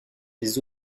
des